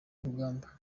urugamba